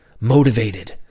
motivated